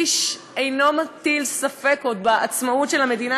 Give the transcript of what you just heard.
איש אינו מטיל ספק עוד בעצמאות של המדינה